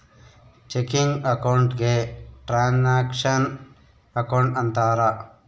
checking account ಗೆ transaction account ಅಂತಾರ